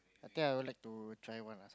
but that I would like to try one lah